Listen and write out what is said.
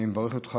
אני גם מברך אותך,